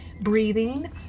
breathing